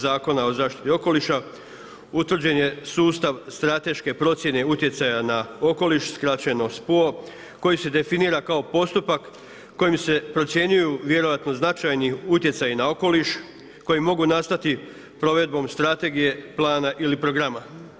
Zakona o zaštiti okoliša, utvrđen je sustav strateške procjene utjecaja na okoliš, skraćeno SPO koji se definira kao postupak kojim se procjenjuju vjerojatno značajni utjecaji na okoliš, koji mogu nastati provedbom strategije plana i programa.